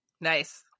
Nice